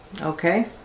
Okay